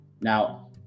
now